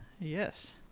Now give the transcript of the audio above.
Yes